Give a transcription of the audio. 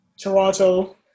Toronto